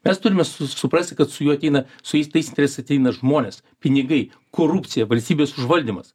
mes turime su suprasti kad su juo ateina su jais tais interesais ateina žmonės pinigai korupcija valstybės užvaldymas